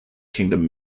kingdom